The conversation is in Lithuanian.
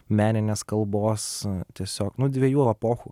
meninės kalbos tiesiog nu dviejų epochų